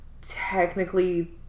technically